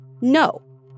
no